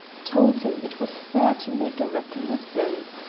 told him it was fair to make a reconnaissance,